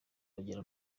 bagira